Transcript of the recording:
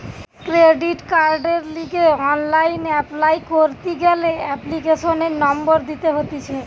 credit কার্ডের লিগে online apply করতি গ্যালে এপ্লিকেশনের নম্বর দিতে হতিছে